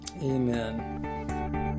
Amen